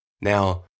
Now